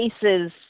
cases